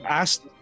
asked